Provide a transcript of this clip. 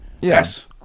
Yes